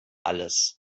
alles